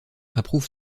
approuve